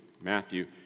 Matthew